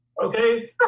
Okay